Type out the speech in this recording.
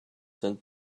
sent